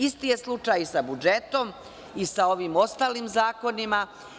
Isti je slučaj sa budžetom i sa ovim ostalim zakonima.